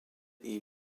est